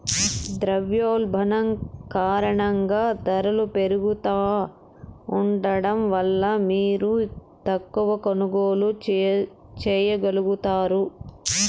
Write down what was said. ద్రవ్యోల్బణం కారణంగా దరలు పెరుగుతా ఉండడం వల్ల మీరు తక్కవ కొనుగోల్లు చేయగలుగుతారు